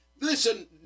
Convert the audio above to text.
Listen